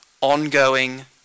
ongoing